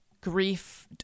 grief